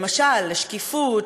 למשל לשקיפות,